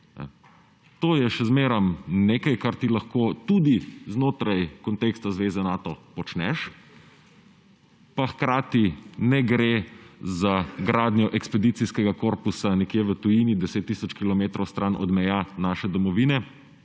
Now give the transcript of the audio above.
To je še zmeraj nekaj, kar lahko tudi znotraj konteksta zveze Nato počneš, pa hkrati ne gre za gradnjo ekspedicijskega korpusa nekje v tujini, 10 tisoč kilometrov stran od meja naše domovine,